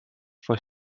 for